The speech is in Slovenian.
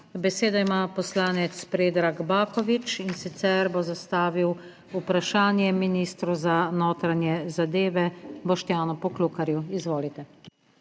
Besedo ima poslanec Predrag Baković, in sicer bo zastavil vprašanje ministru za notranje zadeve Boštjanu Poklukarju. Izvolite.